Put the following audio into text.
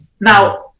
Now